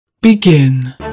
Begin